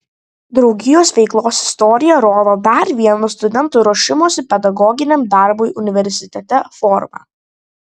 draugijos veiklos istorija rodo dar vieną studentų ruošimosi pedagoginiam darbui universitete formą